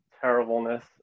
terribleness